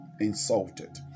insulted